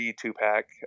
two-pack –